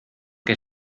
que